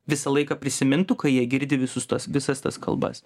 visą laiką prisimintų kai jie girdi visus tuos visas tas kalbas